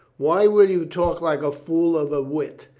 why will you talk like a fool of a wit?